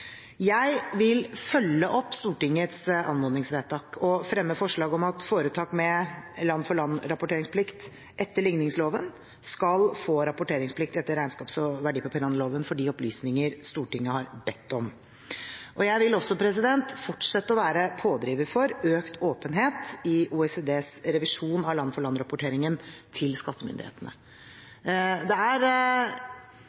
Jeg vil følge opp Stortingets anmodningsvedtak og fremme forslag om at foretak med land-for-land-rapporteringsplikt etter ligningsloven skal få rapporteringsplikt etter regnskapsloven og verdipapirhandelloven for de opplysninger Stortinget har bedt om. Jeg vil også fortsette å være pådriver for økt åpenhet i OECDs revisjon av land-for-land-rapporteringen til skattemyndighetene. Det er få spørsmål som blir viet større oppmerksomhet i både OECD-møtene og for